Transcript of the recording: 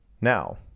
Now